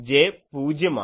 J പൂജ്യമാണ്